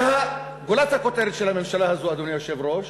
וגולת הכותרת של הממשלה הזאת, אדוני היושב-ראש,